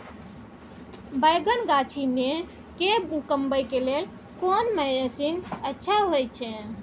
बैंगन गाछी में के कमबै के लेल कोन मसीन अच्छा होय छै?